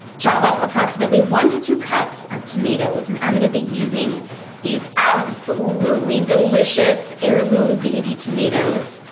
chop up approximately one to two cups of tomatoes and i'm going to be using these absolutely delicious heirloom baby tomatoes.